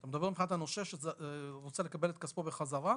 אנחנו מדברים מבחינת הנושה שרוצה לקבל את כספו בחזרה,